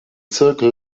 zirkel